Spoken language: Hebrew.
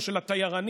או של אנשי תיירות,